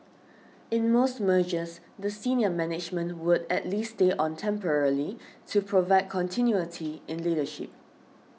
in most mergers the senior management would at least stay on temporarily to provide continuity in leadership